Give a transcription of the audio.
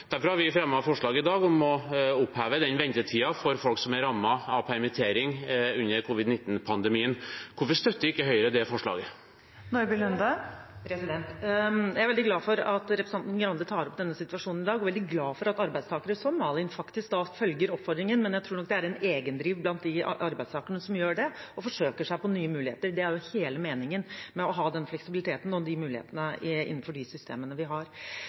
Derfor har vi i dag fremmet forslag om å oppheve ventetiden for folk som er rammet av permittering under covid-19-pandemien. Hvorfor støtter ikke Høyre det forslaget? Jeg er veldig glad for at representanten Grande tar opp denne situasjonen i dag, og er veldig glad for at arbeidstakere, som Malin, faktisk følger oppfordringen. Men jeg tror nok det er et eget driv blant de arbeidstakerne som gjør det, og som forsøker seg på nye muligheter. Det er også hele meningen med den fleksibiliteten og de mulighetene innenfor de systemene vi har.